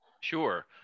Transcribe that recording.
Sure